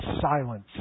silence